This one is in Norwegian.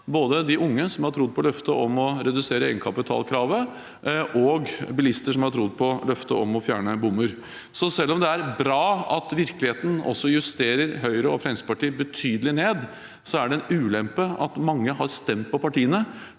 både de unge som har trodd på løftene om å redusere egenkapitalkravet, og bilister som har trodd på løftet om å fjerne bommer. Så selv om det er bra at virkeligheten også justerer Høyre og Fremskrittspartiet betydelig ned, er det en ulempe at mange har stemt på partiene